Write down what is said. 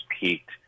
peaked